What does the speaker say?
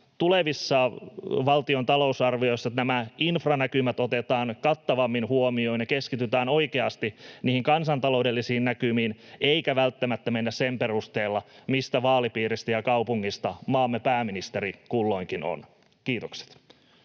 tulevissa valtion talousarvioissa nämä infranäkymät otetaan kattavammin huomioon ja keskitytään oikeasti niihin kansantaloudellisiin näkymiin, eikä välttämättä mennä sen perusteella, mistä vaalipiiristä ja kaupungista maamme pääministeri kulloinkin on. — Kiitokset.